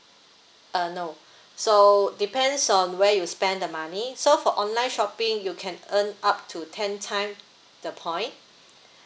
uh no so depends on where you spend the money so for online shopping you can earn up to ten times the point